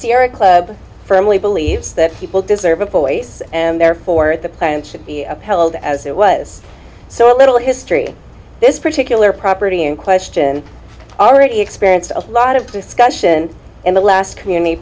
sierra club firmly believes that people deserve a voice and therefore the plan should be upheld as it was so a little history this particular property in question already experienced a lot of discussion in the last community